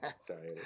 Sorry